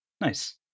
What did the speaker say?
Nice